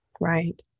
right